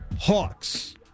Hawks